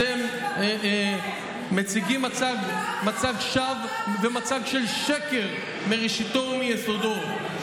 אתם מציגים מצג שווא ומצג של שקר מראשיתו ומיסודו.